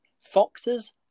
Foxes